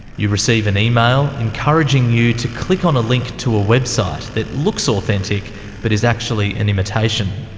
you receive an email encouraging you to click on a link to a website that looks authentic but is actually an imitation.